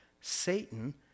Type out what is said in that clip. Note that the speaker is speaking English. Satan